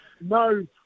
no